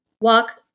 walk